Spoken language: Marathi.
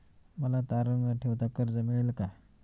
मला तारण न ठेवता कर्ज मिळेल का?